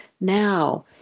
Now